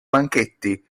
banchetti